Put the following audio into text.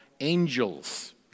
angels